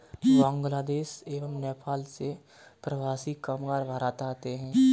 बांग्लादेश एवं नेपाल से प्रवासी कामगार भारत आते हैं